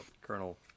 Colonel